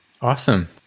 Awesome